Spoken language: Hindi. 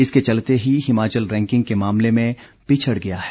इसके चलते ही हिमाचल रैंकिंग के मामले में पिछड़ गया है